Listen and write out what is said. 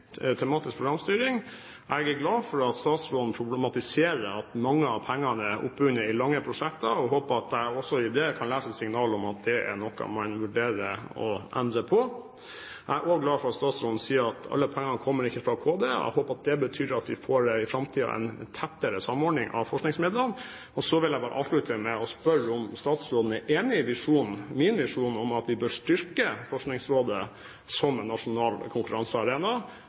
Jeg er glad for at statsråden problematiserer at mange av pengene er bundet opp i lange prosjekter, og håper at jeg også i det kan lese signaler om at det er noe man vurderer å endre på. Jeg er også glad for at statsråden sier at alle pengene kommer ikke fra Kunnskapsdepartementet, og jeg håper det betyr at vi i framtiden får en tettere samordning av forskningsmidlene. Jeg vil bare avslutte med å spørre om statsråden er enig i min visjon om at vi bør styrke Forskningsrådet som en nasjonal konkurransearena,